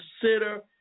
consider